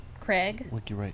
Craig